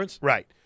Right